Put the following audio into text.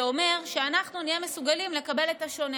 זה אומר שאנחנו נהיה מסוגלים לקבל את השונה,